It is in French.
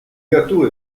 gâteau